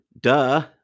Duh